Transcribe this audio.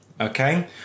okay